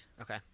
okay